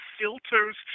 filters